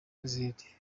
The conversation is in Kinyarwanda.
n’izindi